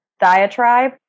diatribe